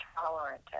tolerant